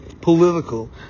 political